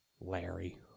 Larry